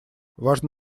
важно